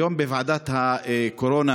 היום בוועדת הקורונה